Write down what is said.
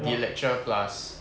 the lecture plus